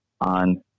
on